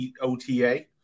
OTA